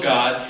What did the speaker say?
God